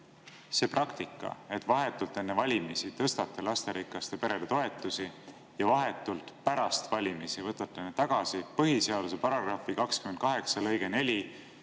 see praktika, et vahetult enne valimisi tõstate lasterikaste perede toetusi ja vahetult pärast valimisi võtate need tagasi, põhiseaduse § 28